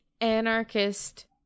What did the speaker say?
anarchist